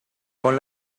con